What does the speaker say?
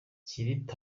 thierry